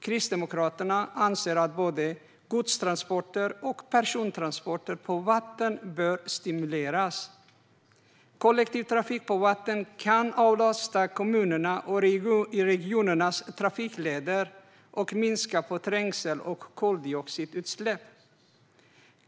Kristdemokraterna anser att både godstransporter och persontransporter på vatten bör stimuleras. Kollektivtrafik på vatten kan avlasta kommunernas och regionernas trafikleder och minska trängsel och koldioxidutsläpp.